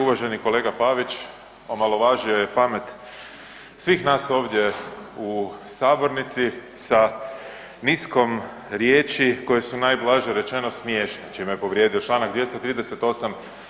Uvaženi kolega Pavić omalovažio je pamet svih nas ovdje u sabornici sa niskom riječi koje su najblaže rečeno smiješne, čime je povrijedio čl. 238.